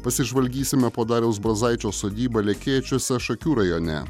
pasižvalgysime po dariaus brazaičio sodybą lekėčiuose šakių rajone